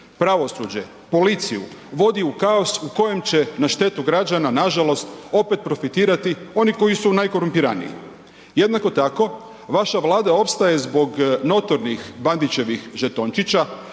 pravosuđe, policiju, vodi u kaos u kojem će na štetu građana, nažalost, opet profitirati oni koji su najkorumpiraniji. Jednako tako, vaša Vlada opstaje zbog notornih Bandićevih žetončića